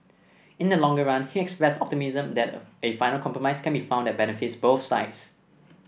in the longer run he expressed optimism that a final compromise can be found that benefits both sides